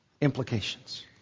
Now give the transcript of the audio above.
implications